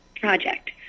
project